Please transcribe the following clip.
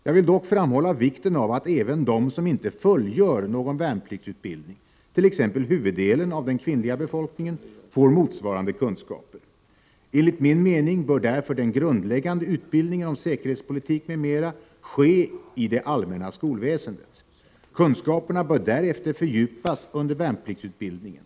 Jag vill dock framhålla vikten av att även de som inte fullgör någon värnpliktsutbildning, t.ex. huvuddelen av den kvinnliga befolkningen, får motsvarande kunskaper. Enligt min mening bör därför den grundläggande utbildningen om säkerhetspolitik m.m. ske i det allmänna skolväsendet. Kunskaperna bör därefter fördjupas under värnpliktsutbildningen.